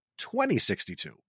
2062